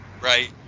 right